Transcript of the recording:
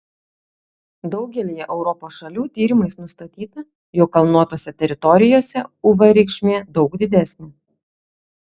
daugelyje europos šalių tyrimais nustatyta jog kalnuotose teritorijose uv reikšmė daug didesnė